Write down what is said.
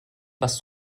was